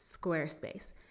Squarespace